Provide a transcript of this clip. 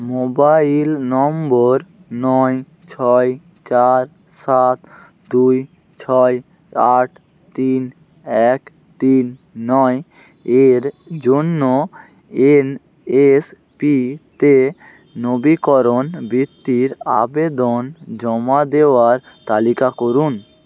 mobile number নয় ছয় চার সাত দুই ছয় আট তিন এক তিন নয় এর জন্য এন এস পি তে নবীকরণ বৃত্তির আবেদন জমা দেওয়ার তালিকা করুন